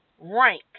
rank